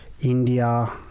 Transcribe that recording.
India